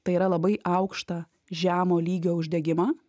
tai yra labai aukštą žemo lygio uždegimą